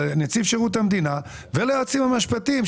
לנציב שירות המדינה וליועצים המשפטיים,